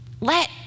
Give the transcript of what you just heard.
Let